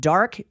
Dark